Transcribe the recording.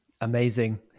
Amazing